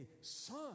son